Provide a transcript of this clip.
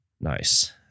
Nice